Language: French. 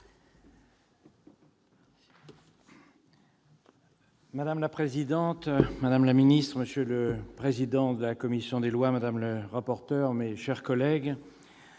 Madame la présidente, madame la garde des sceaux, monsieur le président de la commission des lois, madame la rapporteur, mes chers collègues,